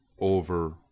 over